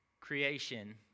creation